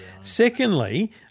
Secondly